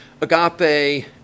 Agape